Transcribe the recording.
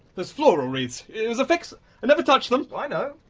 those floral wreathes it was a fix! i never touched them! i know!